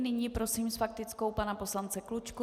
Nyní prosím s faktickou pana poslance Klučku.